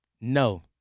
No